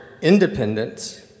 independence